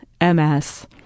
MS